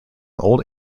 old